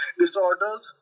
disorders